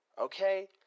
okay